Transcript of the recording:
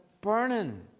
burning